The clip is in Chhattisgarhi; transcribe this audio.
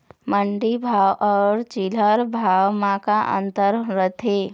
मंडी भाव अउ चिल्हर भाव म का अंतर रथे?